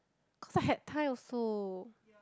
cause I had time also